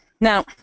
Now